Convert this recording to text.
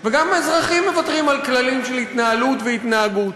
וגם האזרחים מוותרים על כללים של התנהלות והתנהגות.